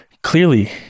clearly